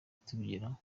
tubigeraho